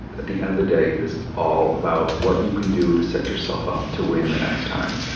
at the end of the day, it is all about what you can do to set yourself up to win the next time.